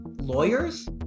Lawyers